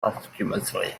posthumously